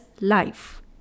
life